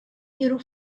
your